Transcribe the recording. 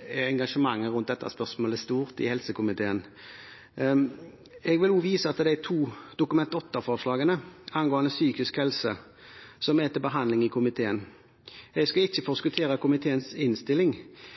er engasjementet rundt dette spørsmålet stort i helsekomiteen. Jeg vil også vise til de to Dokument 8-forslagene angående psykisk helse som er til behandling i komiteen. Jeg skal ikke forskuttere komiteens innstilling,